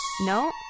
no